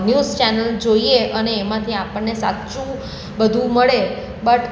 news channel જોઈએ અને એમાંથી આપણને સાચું બધું મળે બટ